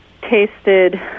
tasted